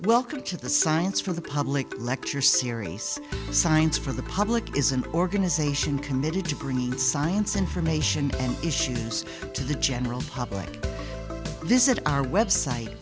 welcome to the science for the public lecture series science for the public is an organization committed to bringing science information and issues to the general public this is our website